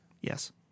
Yes